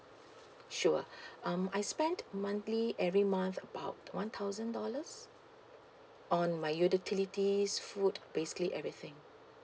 sure um I spend monthly every month about one thousand dollars on my utilities food basically everything